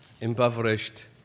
impoverished